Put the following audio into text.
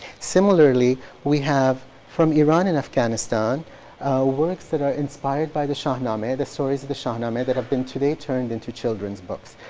similarly we have from iran and afghanistan works that are inspired by the shahnameh, the stories of the shahnameh that have been today turned into children's books.